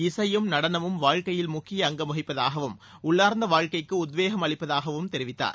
இசையும் நடனமும் வாழ்ககையில் முக்கிய அங்கம் வகிப்பதாகவும் உள்ளார்ந்த வாழ்ககைக்கு உத்வேகம் அளிப்பதாகவும் இருப்பதாக அவர் தெரிவித்தார்